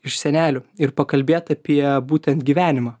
iš senelių ir pakalbėt apie būtent gyvenimą